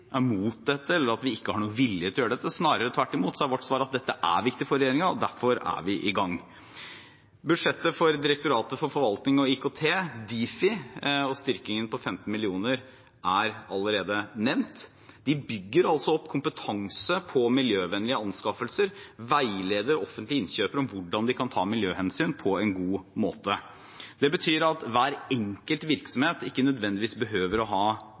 er imot dette, eller at vi ikke har noen vilje til å gjøre dette – snarere tvert imot er vårt svar at dette er viktig for regjeringen, og derfor er vi i gang. Budsjettet til Direktoratet for forvaltning og IKT, Difi, og styrkingen på 15 mill. kr er allerede nevnt. De bygger opp kompetanse på miljøvennlige anskaffelser og veileder offentlige innkjøpere om hvordan de kan ta miljøhensyn på en god måte. Det betyr at hver enkelt virksomhet ikke nødvendigvis behøver å ha